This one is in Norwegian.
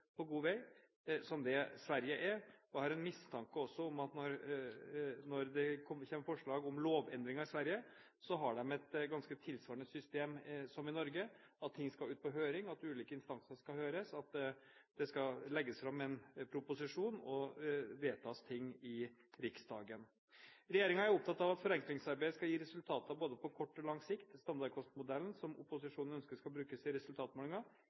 like god vei som det Sverige er. Jeg har også en mistanke om at når det kommer forslag om lovendringer i Sverige, har de et system ganske tilsvarende systemet i Norge – at ting skal ut på høring, at ulike instanser skal høres, og at det skal legges fram en proposisjon og vedtas ting i Riksdagen. Regjeringen er opptatt av at forenklingsarbeidet skal gi resultater både på kort og på lang sikt. Standardkostmodellen, som opposisjonen ønsker skal brukes i